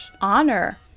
honor